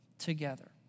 Together